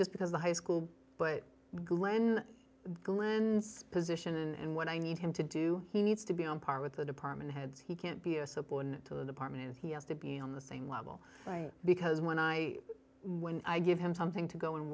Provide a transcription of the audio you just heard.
just because the high school but glenn glenn's position and what i need him to do he needs to be on par with the department heads he can't be a subordinate to the department and he has to be on the same level because when i when i give him something to go and